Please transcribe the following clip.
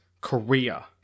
Korea